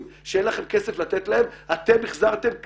שאין לכם כסף לתת להם אתם החזרתם מיליונים,